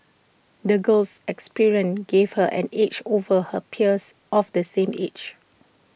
the girl's experiences gave her an edge over her peers of the same age